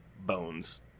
bones